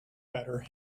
better